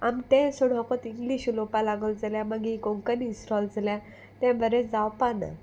आम तें सोडून फोकोत इग्लींश उलोवपा लागो जाल्यार मागीर कोंकणी इसरोली जाल्यार तें बरें जावपा ना